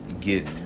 get